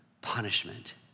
punishment